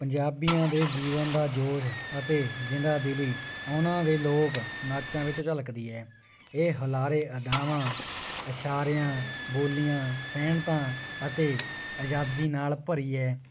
ਪੰਜਾਬੀਆਂ ਦੇ ਜੀਵਨ ਦਾ ਜੋਸ਼ ਅਤੇ ਜਿੰਦਾ ਦਿਲੀ ਉਹਨਾਂ ਦੇ ਲੋਕ ਨਾਚਾਂ ਵਿੱਚ ਝਲਕਦੀ ਹੈ ਇਹ ਹਲਾਰੇ ਅਦਾਵਾਂ ਇਸ਼ਾਰਿਆਂ ਬੋਲੀਆਂ ਸੈਣਤਾਂ ਅਤੇ ਆਜ਼ਾਦੀ ਨਾਲ ਭਰੀ ਹੈ